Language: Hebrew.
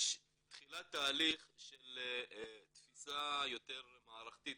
יש תחילת תהליך של תפיסה יותר מערכתית